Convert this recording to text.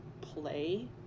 play